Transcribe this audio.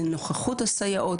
מי בודק את נוכחות הסייעות.